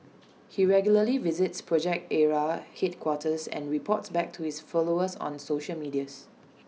he regularly visits project Ara headquarters and reports back to his followers on social media